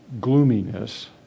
gloominess